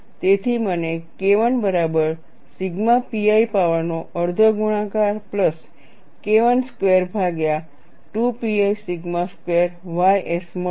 તેથી મને KI બરાબર સિગ્મા pi પાવરનો અડધો ગુણાકાર પ્લસ KI સ્ક્વેર ભાગ્યા 2 pi સિગ્મા સ્ક્વેર ys મળશે